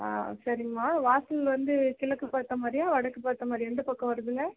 ஆ சரிங்கமா வாசல் வந்து கிழக்கு பார்த்த மாதிரியா வடக்கு பார்த்த மாதிரியா எந்த பக்கம் வருதுங்க